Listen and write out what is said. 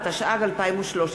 התרבות והספורט.